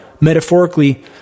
metaphorically